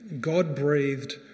God-breathed